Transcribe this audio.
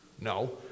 No